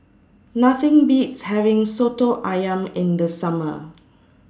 Nothing Beats having Soto Ayam in The Summer